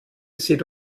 seht